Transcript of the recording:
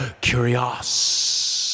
curious